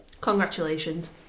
Congratulations